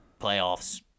playoffs